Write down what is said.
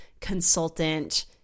consultant